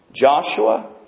Joshua